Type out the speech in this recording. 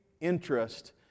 interest